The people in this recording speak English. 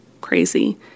crazy